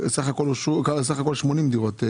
אושרו בסך הכול 80 דירות.